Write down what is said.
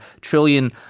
trillion